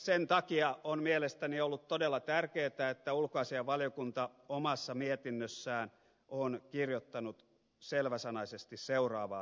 sen takia on mielestäni ollut todella tärkeätä että ulkoasiainvaliokunta on omassa mietinnössään kirjoittanut selväsanaisesti seuraavaa